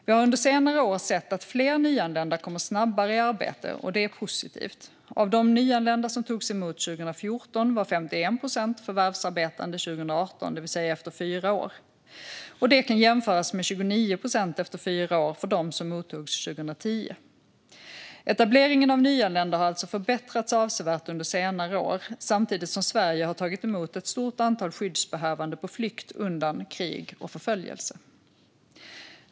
Vi har under senare år sett att fler nyanlända kommer snabbare i arbete, och det är positivt. Av de nyanlända som togs emot 2014 var 51 procent förvärvsarbetande 2018, det vill säga efter fyra år. Det kan jämföras med 29 procent efter fyra år för dem som mottogs 2010. Etableringen av nyanlända har alltså förbättrats avsevärt under senare år, samtidigt som Sverige har tagit emot ett stort antal skyddsbehövande på flykt undan krig och förföljelse.